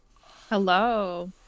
Hello